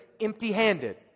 empty-handed